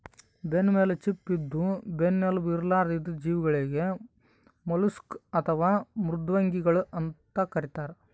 ಬೆನ್ನಮೇಲ್ ಚಿಪ್ಪ ಇದ್ದು ಬೆನ್ನ್ ಎಲುಬು ಇರ್ಲಾರ್ದ್ ಇದ್ದಿದ್ ಜೀವಿಗಳಿಗ್ ಮಲುಸ್ಕ್ ಅಥವಾ ಮೃದ್ವಂಗಿಗಳ್ ಅಂತ್ ಕರಿತಾರ್